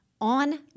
on